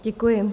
Děkuji.